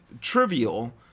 trivial